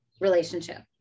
relationship